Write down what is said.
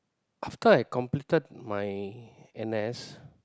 after I completed my N_S